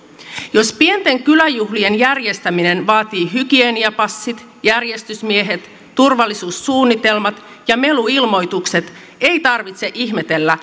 jos pienten kyläjuhlien järjestäminen vaatii hygieniapassit järjestysmiehet turvallisuussuunnitelmat ja meluilmoitukset ei tarvitse ihmetellä